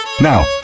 Now